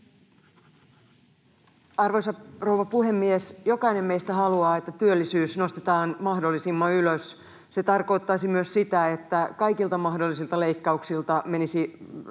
Arvoisa rouva puhemies! Jokainen meistä haluaa, että työllisyys nostetaan mahdollisimman ylös. Se tarkoittaisi myös sitä, että kaikkien mahdollisten leikkausten